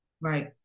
Right